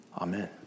Amen